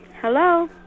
Hello